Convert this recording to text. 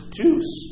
juice